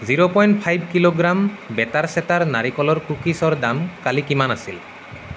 zero point five kilogram বেটাৰ চেটাৰ নাৰিকলৰ কুকিজৰ দাম কালি কিমান আছিল